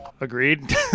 Agreed